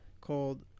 called